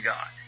God